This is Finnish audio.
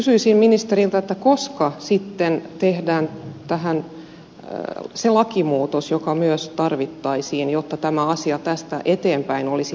kysyisin ministeriltä koska sitten tehdään tähän se lakimuutos joka myös tarvittaisiin jotta tämä asia tästä eteenpäin olisi selkeä